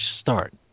start